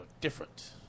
different